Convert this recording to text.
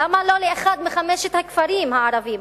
למה לא לאחד מחמשת הכפרים הערביים?